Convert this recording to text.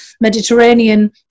Mediterranean